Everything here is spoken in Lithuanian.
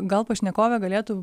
gal pašnekovė galėtų